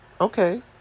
Okay